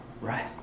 Right